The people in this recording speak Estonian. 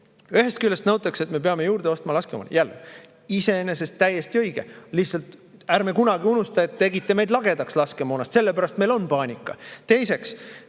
Ühest küljest nõutakse, et me peame juurde ostma laskemoona. Jälle, iseenesest täiesti õige. Lihtsalt ärme kunagi unustame, et te tegite meid lagedaks laskemoonast. Sellepärast meil on paanika.